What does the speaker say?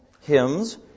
hymns